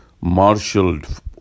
marshaled